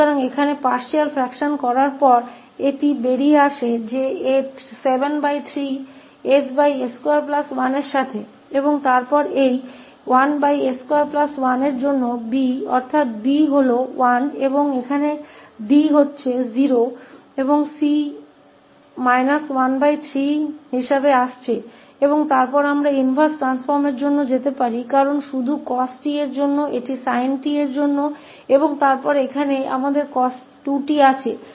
तो यहाँ आंशिक फ्रैक्शंस करने के बाद यह बाहर आता है कि 73 के साथ है 𝑠s21 और फिर इस 1s21 इस 𝐵 के लिए 𝐵 1 है और यहाँ 𝐷 0 होने के लिए आ रहा है और C आ रहा है 13 और तब हम इनवर्स परिवर्तन के लिए जा सकते हैं क्योंकि यह सिर्फ cos 𝑡 के लिए है यह sin 𝑡 के लिए है और फिर यहां हमारे पास cos 2𝑡 है